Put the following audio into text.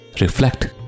reflect